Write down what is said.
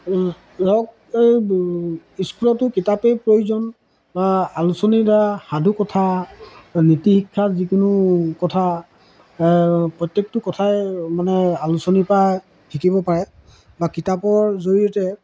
ধৰক স্কুলতো কিতাপেই প্ৰয়োজন বা আলোচনীৰ দ্বাৰা সাধু কথা নীতি শিক্ষাৰ যিকোনো কথা প্ৰত্যেকটো কথাই মানে আলোচনীৰ পৰা শিকিব পাৰে বা কিতাপৰ জৰিয়তে